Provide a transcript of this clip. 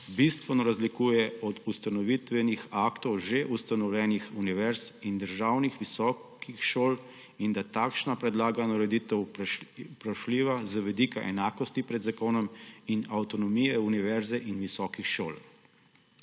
bistveno razlikuje od ustanovitvenih aktov že ustanovljenih univerz in državnih visokih šol in da je takšna predlagana ureditev vprašljiva z vidika enakosti pred zakonom in avtonomije univerze in visokih šol.